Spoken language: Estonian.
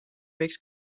võiks